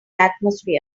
atmosphere